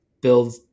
build